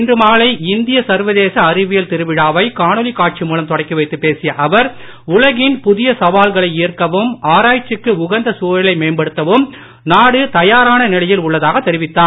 இன்று மாலை இந்திய சர்வதேச அறிவியல் திருவிழாவை காணொளி காட்சி மூலம் தொடக்கி வைத்து பேசிய அவர் உலகின் புதிய சவால்களை ஈர்க்கவும் ஆராய்ச்சிக்கு உகந்த சூழலை மேம்படுத்தவும் நாடு தயாராக நிலையில் உள்ளதாக தெரிவித்தார்